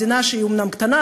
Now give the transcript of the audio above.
מדינה שהיא אומנם קטנה,